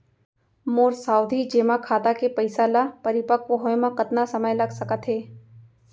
मोर सावधि जेमा खाता के पइसा ल परिपक्व होये म कतना समय लग सकत हे?